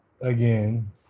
again